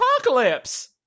apocalypse